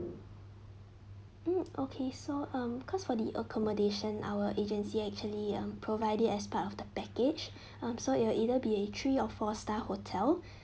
hmm okay so um cause for the accommodation our agency actually um provide it as part of the package um so it will either be a three or four star hotel